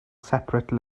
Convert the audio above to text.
separate